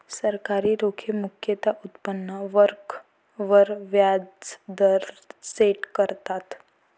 सरकारी रोखे मुख्यतः उत्पन्न वक्र वर व्याज दर सेट करतात